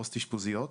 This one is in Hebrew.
פוסט אשפוזיות.